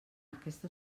aquesta